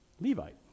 Levite